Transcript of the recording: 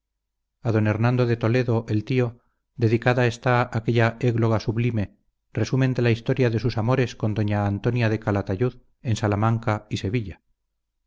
a d hernando de toledo el tío dedicada está aquella égloga sublime resumen de la historia de sus amores con doña antonia de calatayud en salamanca y sevilla